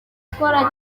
gukora